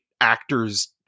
actors